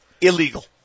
Illegal